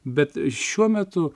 bet šiuo metu